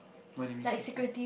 what do you mean sneaky